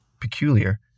peculiar